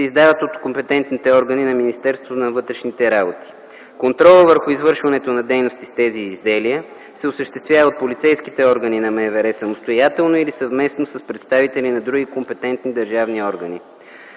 издават от компетентните органи на Министерството на вътрешните работи. Контролът върху извършването на дейности с тези изделия се осъществява от полицейските органи на МВР самостоятелно или съвместно с представители на други компетентни държавни органи.